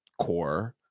core